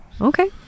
Okay